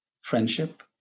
friendship